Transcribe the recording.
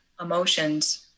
emotions